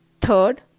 Third